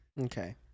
okay